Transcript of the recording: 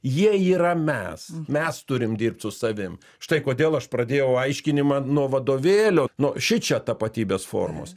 jie yra mes mes turim dirbt su savim štai kodėl aš pradėjau aiškinimą nuo vadovėlio nu šičia tapatybės formos